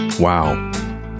Wow